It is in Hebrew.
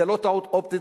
זה לא טעות אופטית,